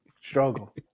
Struggle